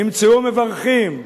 נמצאו מברכים.